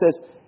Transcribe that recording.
says